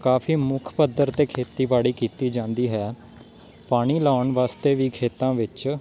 ਕਾਫੀ ਮੁੱਖ ਪੱਧਰ 'ਤੇ ਖੇਤੀਬਾੜੀ ਕੀਤੀ ਜਾਂਦੀ ਹੈ ਪਾਣੀ ਲਾਉਣ ਵਾਸਤੇ ਵੀ ਖੇਤਾਂ ਵਿੱਚ